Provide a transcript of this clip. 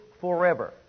forever